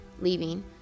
leaving